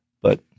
but-